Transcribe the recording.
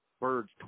birds